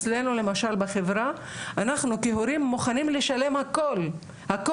למשל אצלנו בחברה אנחנו כהורים מוכנים לשלם הכול רק